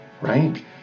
right